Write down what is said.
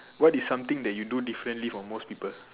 what is something that you do differently from most people